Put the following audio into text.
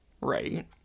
right